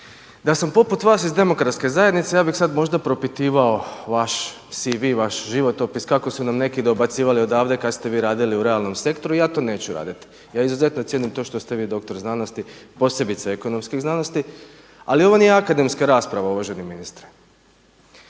Da sam poput vas iz Demokratske zajednice ja bih sada možda propitivao vaš CV, vaš životopis kako su nam neki dobacivali odavde kada ste vi radili u realnom sektoru i ja to neću raditi. Ja izuzetno cijenim to što ste vi doktor znanosti, posebice ekonomskih zajednici, ali ovo nije akademska rasprava uvaženi ministre.